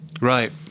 Right